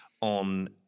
on